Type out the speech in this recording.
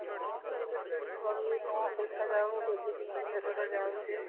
ହଁ କେତେ ଠିକ୍ କରୁଛି କ'ଣ ଦେଖାଯାଉ ବି ଜେ ପି କେତେ ଦୂର ଯାଉଛି